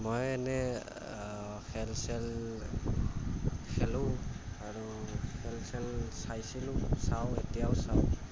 মই এনেই খেল চেল খেলোঁ আৰু খেল চেল চাইছিলো চাওঁ এতিয়াও চাওঁ